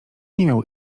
miał